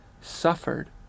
suffered